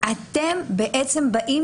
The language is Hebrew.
אתם באים